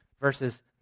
verses